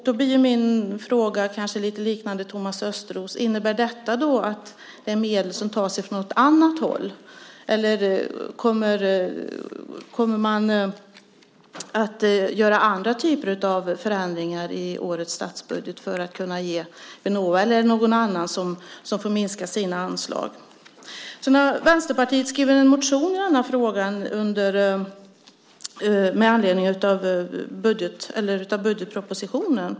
Då blir min fråga kanske lite liknande Thomas Östros: Innebär detta att medel tas från något annat håll? Eller kommer man att göra andra typer av förändringar i årets statsbudget för att kunna ge till Vinnova eller någon annan som får minska sina anslag? Vänsterpartiet har skrivit en motion i den här frågan med anledning av budgetpropositionen.